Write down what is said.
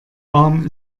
warm